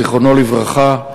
זיכרונו לברכה,